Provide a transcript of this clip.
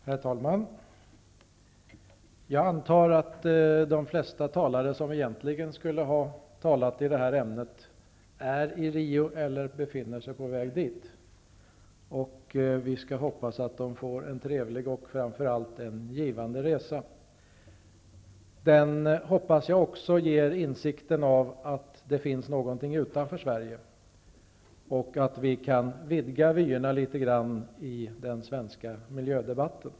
Herr talman! Jag antar att de flesta talare som egentligen skulle ha talat i detta ämne är i Rio eller på väg dit. Vi skall hoppas att de får en trevlig men framför allt givande resa. Den hoppas jag även ger insikt om att det finns något utanför Sverige, och att vi kan vidga vyerna litet grand i den svenska miljödebatten.